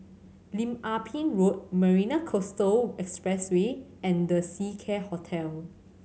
Lim Ah Pin Road Marina Coastal Expressway and The Seacare Hotel